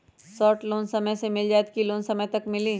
Loan short समय मे मिल जाएत कि लोन समय तक मिली?